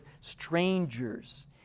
strangers